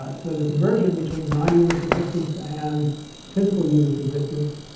ah so the conversion between my units of distance and physical units of distance,